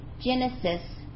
Genesis